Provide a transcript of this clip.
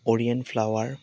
orient flower